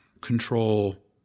control